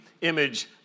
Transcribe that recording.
image